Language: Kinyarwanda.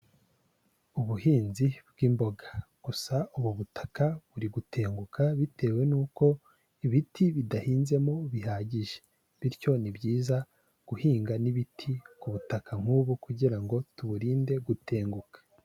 Ubuhinzi bw'imboga gusa ubu butaka buri gutenguka bitewe n'uko ibiti bidahinzemo bihagije bityo ni byiza guhinga n'ibiti ku butaka nk'ubu kugira ngo tuburinde gutenguka.